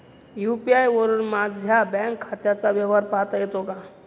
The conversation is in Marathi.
यू.पी.आय वरुन माझ्या बँक खात्याचा व्यवहार पाहता येतो का?